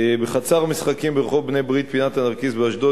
בחצר משחקים ברחוב בני-ברית פינת הנרקיס באשדוד